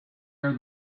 are